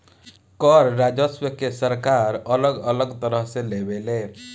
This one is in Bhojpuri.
कर राजस्व के सरकार अलग अलग तरह से लेवे ले